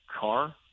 car